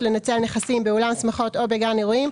לנצל נכסים באולם שמחות או בגן אירועים,